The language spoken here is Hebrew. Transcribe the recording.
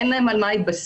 אין להם על מה להתבסס,